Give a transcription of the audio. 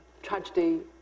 tragedy